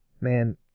Man